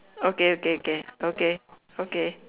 okay okay okay okay okay